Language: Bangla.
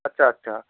আচ্ছা আচ্ছা